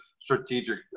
strategic